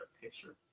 picture